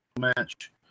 match